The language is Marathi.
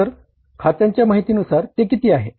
तर खात्यांच्या माहितीनुसार ते किती आहे